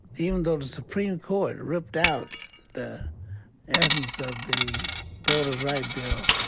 even those supreme court ripped out the essence of the voter's right bill,